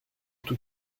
tout